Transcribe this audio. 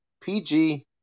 PG